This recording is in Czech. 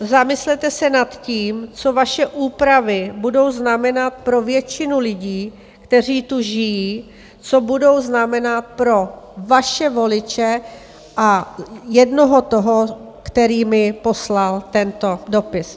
Zamyslete se nad tím, co vaše úpravy budou znamenat pro většinu lidí, kteří tu žijí, co budou znamenat pro vaše voliče a jednoho toho, který mi poslal tento dopis.